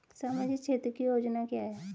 सामाजिक क्षेत्र की योजना क्या है?